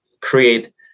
create